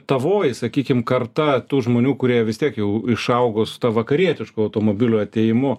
tavoji sakykim karta tų žmonių kurie vis tiek jau išaugo su vakarietiškų automobilių atėjimu